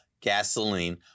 gasoline